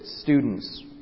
students